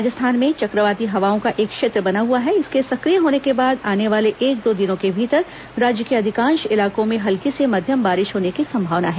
राजस्थान में चक्रवाती हवाओं का एक क्षेत्र बना हुआ है इसके सक्रिय होने के बाद आने वाले एक दो दिनों के भीतर राज्य के अधिकांश इलाकों में हल्की र्से मध्यम बारिश होने की संभावना है